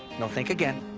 no think again,